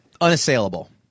Unassailable